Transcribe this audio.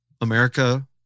America